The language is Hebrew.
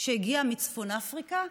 שהגיע מצפון אפריקה?